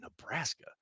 Nebraska